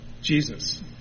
Jesus